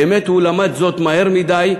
באמת הוא למד זאת מהר מדי,